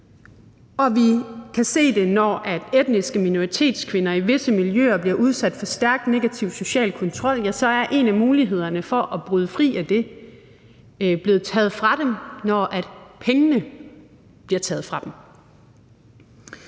Og vi kan se, at når etniske minoritetskvinder i visse miljøer bliver udsat for stærk negativ social kontrol, er en af mulighederne for at bryde fri af det taget fra dem, når pengene bliver taget fra dem.